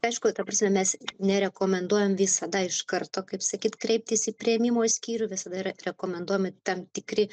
aišku ta prasme mes nerekomenduojam visada iš karto kaip sakyt kreiptis į priėmimo skyrių visada yra rekomenduojami tam tikri